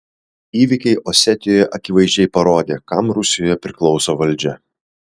įvykiai osetijoje akivaizdžiai parodė kam rusijoje priklauso valdžia